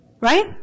Right